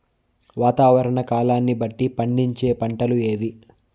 వాతావరణ కాలాన్ని బట్టి పండించే పంటలు ఏవి?